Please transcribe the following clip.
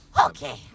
Okay